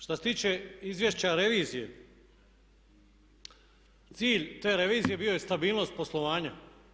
Što se tiče izvješća revizije, cilj te revizije bio je stabilnost poslovanja.